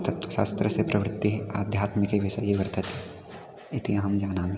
तत्त्वशास्त्रस्य प्रवृत्तिः आध्यात्मिके विषये वर्तते इति अहं जानामि